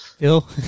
Phil